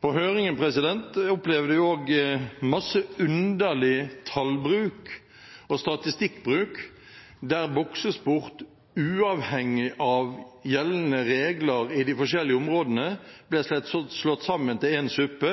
På høringen opplevde vi også masse underlig tall- og statistikkbruk, der boksesport uavhengig av gjeldende regler innenfor de forskjellige områdene ble slått sammen til en suppe,